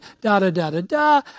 da-da-da-da-da